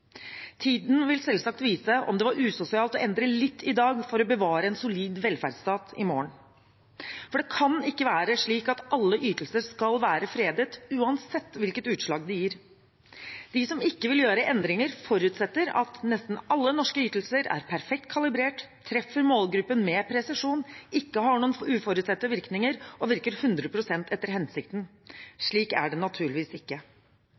Tiden vil selvsagt vise om det var usosialt å endre litt i dag for å bevare en solid velferdsstat i morgen. For det kan ikke være slik at alle ytelser skal være fredet uansett hvilke utslag de gir. De som ikke vil gjøre endringer, forutsetter at nesten alle norske ytelser er perfekt kalibrert, treffer målgruppen med presisjon, ikke har noen uforutsette virkninger og virker hundre prosent etter hensikten. Slik er det naturligvis ikke.